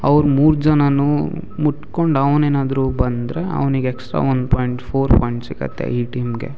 ಅವ್ರು ಮೂರು ಜನನ್ನೂ ಮುಟ್ಕೊಂಡು ಅವ್ನು ಏನಾದರೂ ಅವ್ನು ಏನಾದರೂ ಬಂದರೆ ಅವ್ನಿಗೆ ಎಕ್ಸ್ಟ್ರಾ ಒಂದು ಪಾಯಿಂಟ್ ಫೋರ್ ಪಾಯಿಂಟ್ಸ್ ಸಿಗುತ್ತೆ ಈ ಟೀಮ್ಗೆ